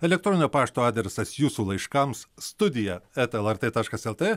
elektroninio pašto adresas jūsų laiškams studija eta lrt taškas lt